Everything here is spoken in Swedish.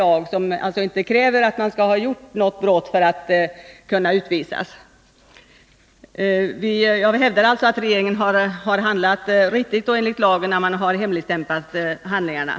Terroristlagen förutsätter inte att man skall ha begått något brott för att kunna utvisas. Jag hävdar alltså att regeringen har handlat riktigt och enligt lagen när man har hemligstämplat handlingarna.